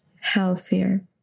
healthier